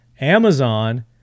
Amazon